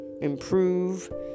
improve